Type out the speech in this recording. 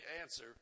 answer